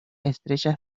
estrechas